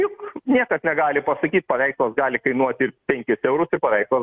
juk niekas negali pasakyt paveikslas gali kainuot ir penkis eurus ir paveikslas